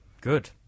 Good